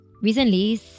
Recently